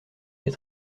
est